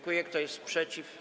Kto jest przeciw?